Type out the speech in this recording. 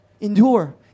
Endure